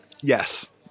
Yes